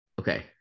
Okay